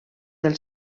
del